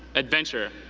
adventure,